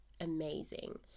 amazing